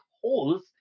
holes